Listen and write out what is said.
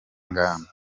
nganda